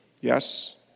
Yes